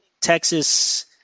Texas